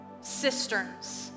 cisterns